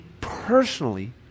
personally